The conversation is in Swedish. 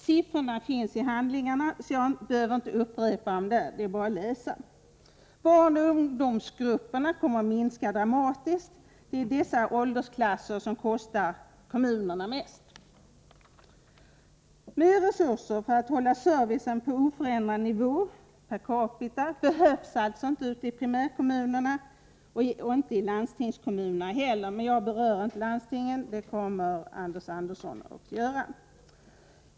Siffrorna finns i handlingarna, varför jag inte behöver upprepa dem här. Det är bara att läsa. Barnoch ungdomsgrupperna minskar dramatiskt. Det är dessa åldersklasser som kostar kommunerna mest. Mer resurser för att hålla service på oförändrad nivå per capita behövs alltså inte i primärkommunerna och inte heller i landstingskommunerna. Jag berör inte landstingen — det kommer Anders Andersson att göra.